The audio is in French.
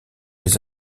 les